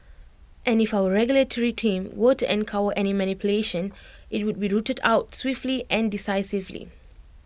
and if our regulatory team were to uncover any manipulation IT would be rooted out swiftly and decisively